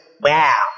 wow